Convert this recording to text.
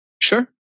Sure